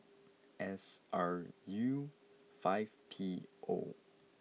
S R U five P O